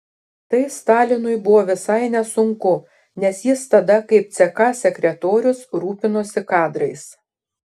tai stalinui buvo visai nesunku nes jis tada kaip ck sekretorius rūpinosi kadrais